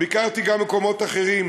ביקרתי גם במקומות אחרים,